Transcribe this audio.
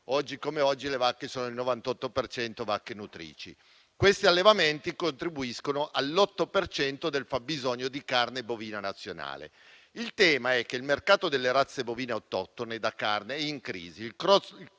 oggi come oggi, le vacche sono per il 98 per cento vacche nutrici. Questi allevamenti contribuiscono all'8 per cento del fabbisogno di carne bovina nazionale. Il tema è che il mercato delle razze bovine autoctone da carne è in crisi. Il